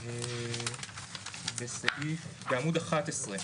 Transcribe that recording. בעמוד 11,